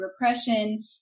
repression